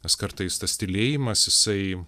nes kartais tas tylėjimas jisai